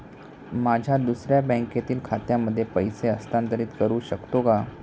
माझ्या दुसऱ्या बँकेतील खात्यामध्ये पैसे हस्तांतरित करू शकतो का?